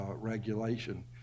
regulation